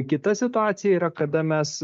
kita situacija yra kada mes